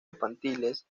infantiles